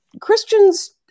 Christians